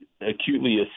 acutely